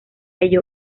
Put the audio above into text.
ello